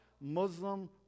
Muslim